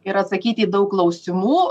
ir atsakyt į daug klausimų